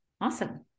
Awesome